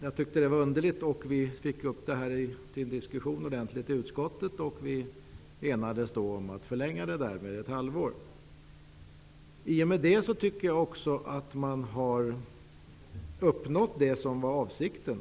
Jag tyckte att detta var underligt, och frågan togs upp till en ordentlig diskussion i utskottet. Vi enades om ett halvårs förlängning. I och med detta anser jag att man har uppnått det som var avsikten.